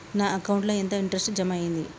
నా అకౌంట్ ల ఎంత ఇంట్రెస్ట్ జమ అయ్యింది?